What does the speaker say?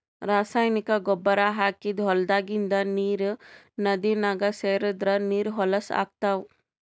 ರಾಸಾಯನಿಕ್ ಗೊಬ್ಬರ್ ಹಾಕಿದ್ದ್ ಹೊಲದಾಗಿಂದ್ ನೀರ್ ನದಿನಾಗ್ ಸೇರದ್ರ್ ನೀರ್ ಹೊಲಸ್ ಆಗ್ತಾವ್